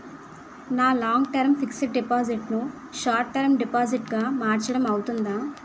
నా long term fixed deposit ను short term deposit గా మార్చటం అవ్తుందా?